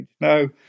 No